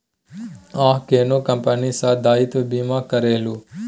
अहाँ कोन कंपनी सँ दायित्व बीमा करेलहुँ